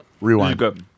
Rewind